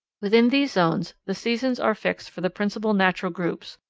within these zones the seasons are fixed for the principal natural groups,